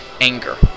anger